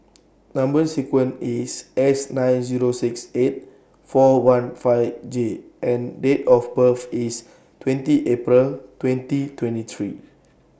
Number sequence IS S nine Zero six eight four one five J and Date of birth IS twenty April twenty twenty three